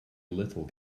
little